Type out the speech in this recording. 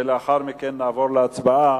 תשובה והצבעה,